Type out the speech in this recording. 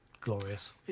glorious